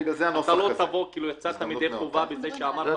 לא תבוא כאילו יצאת ידי חובה בזה שאמרת